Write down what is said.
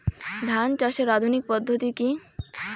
ধান চাষের আধুনিক পদ্ধতি কি?